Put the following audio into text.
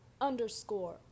underscore